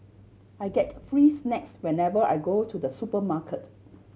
I get free snacks whenever I go to the supermarket